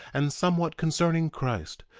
and somewhat concerning christ,